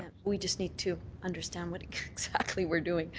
we just need to understand what exactly we're doing.